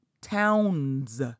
towns